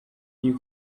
you